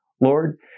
Lord